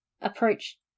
approach